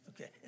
Okay